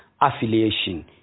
affiliation